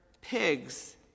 pigs